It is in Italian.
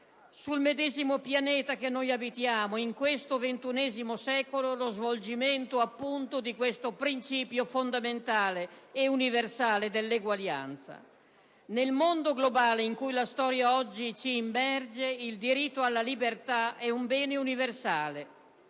sul medesimo pianeta che abitiamo in questo ventunesimo secolo, di questo principio fondamentale e universale dell'eguaglianza. Nel mondo globale in cui la storia oggi ci immerge il diritto alla libertà è un bene universale